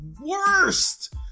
worst